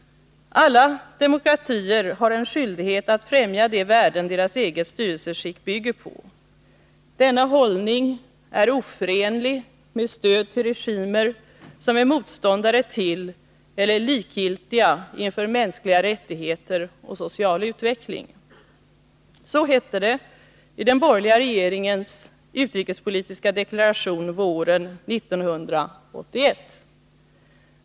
”Alla demokratier har en skyldighet att främja de värden deras eget styrelseskick bygger på. Denna hållning är oförenlig med stöd till regimer som är motståndare till eller likgiltiga inför mänskliga rättigheter och social utveckling.” Så hette det i den borgerliga regeringens utrikespolitiska deklaration våren 1981.